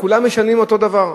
כולם משלמים אותו דבר.